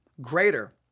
greater